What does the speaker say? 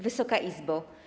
Wysoka Izbo!